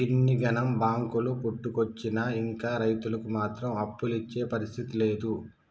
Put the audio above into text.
గిన్నిగనం బాంకులు పుట్టుకొచ్చినా ఇంకా రైతులకు మాత్రం అప్పులిచ్చే పరిస్థితి లేదు